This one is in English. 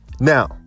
Now